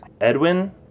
Edwin